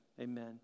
amen